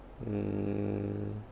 mm